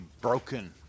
broken